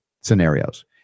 scenarios